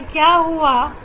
यहां क्या होगा